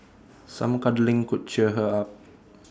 some cuddling could cheer her up